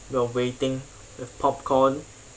we're waiting with popcorn